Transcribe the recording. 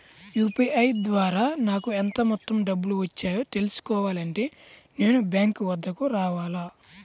UPI ద్వారా నాకు ఎంత మొత్తం డబ్బులు వచ్చాయో తెలుసుకోవాలి అంటే నేను బ్యాంక్ వద్దకు రావాలా?